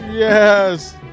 Yes